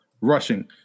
rushing